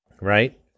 Right